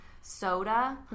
soda